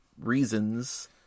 reasons